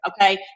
Okay